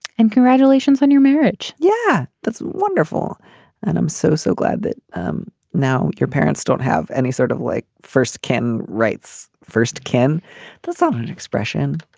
and congratulations on your marriage. yeah that's wonderful and i'm so so glad that um now your parents don't have any sort of like first kin rights first can the southern expression